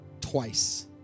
twice